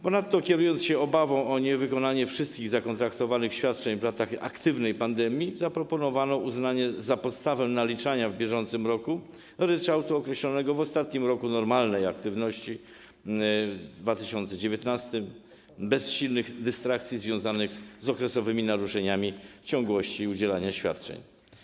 Ponadto, kierując się obawą o niewykonanie wszystkich zakontraktowanych świadczeń w latach aktywnej pandemii, zaproponowano uznanie za podstawę naliczania w bieżącym roku ryczałtu określonego w ostatnim roku normalnej aktywności, roku 2019, bez silnych dystrakcji związanych z okresowymi naruszeniami ciągłości udzielania świadczeń.